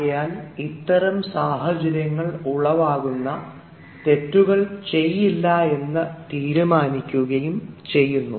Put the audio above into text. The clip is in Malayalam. ആയതിനാൽ ഇത്തരം സാഹചര്യങ്ങൾ ഉളവാക്കുന്ന തെറ്റുകൾ ചെയ്യില്ല എന്ന് തീരുമാനിക്കുകയും ചെയ്യം